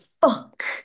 fuck